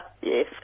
Yes